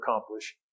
accomplish